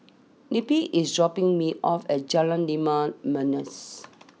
Neppie is dropping me off at Jalan Limau Manis